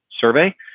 survey